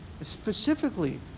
specifically